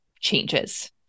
changes